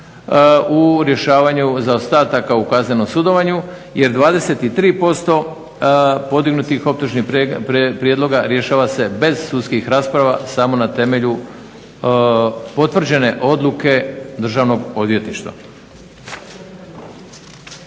u rješavanju zaostataka u kaznenom sudovanju jer 23% podignutih optužnih prijedloga rješava se bez sudskih rasprava samo na temelju potvrđene odluke Državnog odvjetništva.